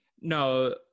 No